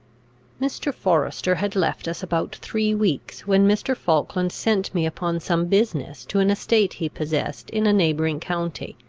mr. forester had left us about three weeks, when mr. falkland sent me upon some business to an estate he possessed in a neighbouring county,